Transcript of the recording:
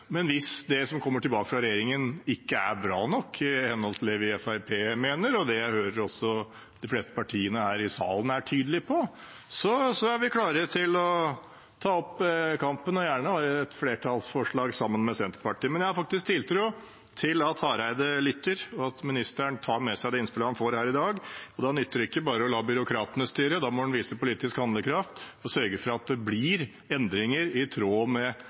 men hvis det som kommer tilbake fra regjeringen ikke er bra nok i henhold til det vi i Fremskrittspartiet mener, og det jeg hører også de fleste partiene i salen er tydelige på, er vi klare til å ta opp kampen og har gjerne et flertallsforslag sammen med Senterpartiet. Men jeg har faktisk tiltro til at Hareide lytter, og at ministeren tar med seg det innspillet han får her i dag. Da nytter det ikke bare å la byråkratene styre. Da må han vise politisk handlekraft og sørge for at det blir endringer i tråd med